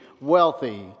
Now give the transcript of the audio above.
wealthy